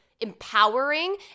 empowering